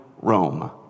Rome